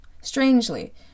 Strangely